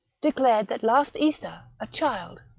declared that last easter, a child,